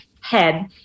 head